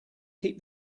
keep